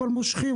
אבל מושכים,